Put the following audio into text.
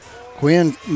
Quinn